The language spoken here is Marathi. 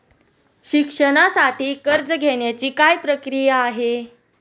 शिक्षणासाठी कर्ज घेण्याची काय प्रक्रिया आहे?